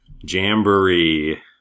Jamboree